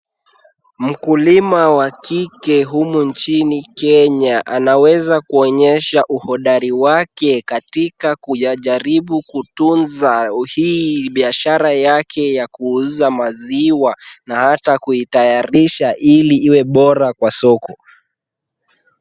Mkulima wa kike humu nchini Kenya, anaweza kuonyesha uhodari wake katika kuyajaribu kutunza hii biashara yake ya kuuza maziwa na hata kuitayarisha ili iwe bora kwa soko.